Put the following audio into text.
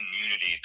community